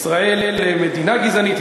ישראל מדינה גזענית.